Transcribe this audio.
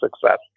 success